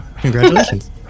Congratulations